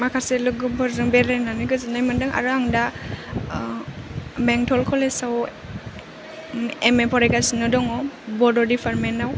माखासे लोगोफोरजों बेरायनानै गोजोननाय मोन्दों आरो आं दा बेंटल कलेज आव एम ए फरायगासिनो दङ बड' दिपारमेन्ट आव